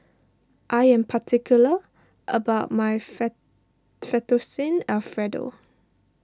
I am particular about my Fettuccine Alfredo